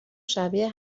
شبیه